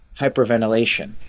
hyperventilation